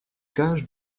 cage